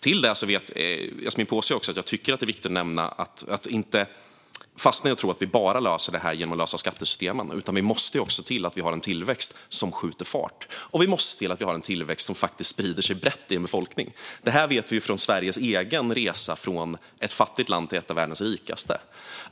Yasmine Posio vet dessutom att jag tycker att det är viktigt att inte fastna i att tro att vi bara löser det här genom att få bukt med skattesystemen. Utan vi måste se till att det finns en tillväxt som skjuter fart och som sprider sig brett i en befolkning. Detta vet vi från Sveriges egen resa från att ha varit ett fattigt land till att bli ett av världens rikaste.